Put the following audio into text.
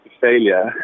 failure